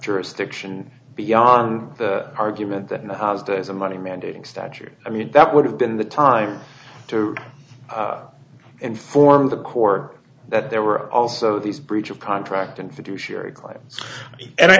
jurisdiction beyond the argument that in the house has a money mandating statute i mean that would have been the time to inform the corps that there were also these breach of contract and fiduciary claims and